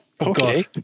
Okay